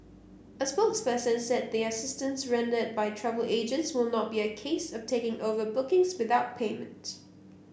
a spokesperson said the assistance rendered by travel agents will not be a case of taking over bookings without payment